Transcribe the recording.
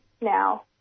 now